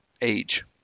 age